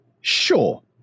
Sure